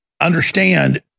Understand